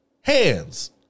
Hands